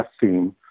theme